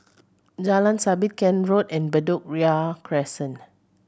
Jalan Sabit Kent Road and Bedok Ria Crescent